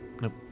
Nope